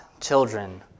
children